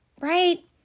Right